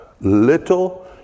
little